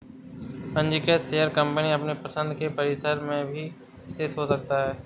पंजीकृत share company अपनी पसंद के परिसर में भी स्थित हो सकता है